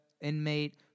inmate